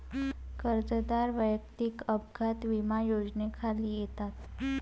कर्जदार वैयक्तिक अपघात विमा योजनेखाली येतात